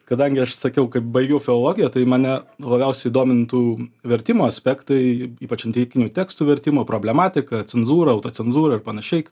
kadangi aš sakiau kad baigiau filologiją tai mane labiausiai domintų vertimo aspektai ypač antikinių tekstų vertimo problematika cenzūra auto cenzūra ir panašiai